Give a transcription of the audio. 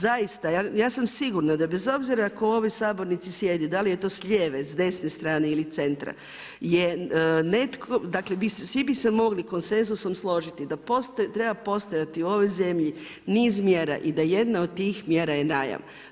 Zaista ja sam sigurna da bez obzira tko u ovoj sabornici sjedi da li je to s lijeve, s desne strane ili centra je netko, dakle svi bi se mogli konsenzusom složiti da treba postojati u ovoj zemlji niz mjera i da jedna od tih mjera je najam.